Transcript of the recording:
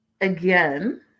again